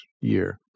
year